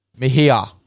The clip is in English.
Mihia